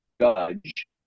judge